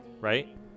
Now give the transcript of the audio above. Right